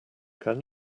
can